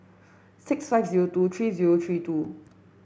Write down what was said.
six five zero two three zero three two